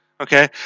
Okay